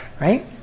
Right